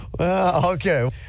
Okay